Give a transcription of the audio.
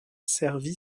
servie